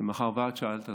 ומאחר שאת שאלת,